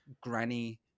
Granny